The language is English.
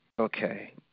Okay